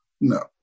No